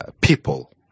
people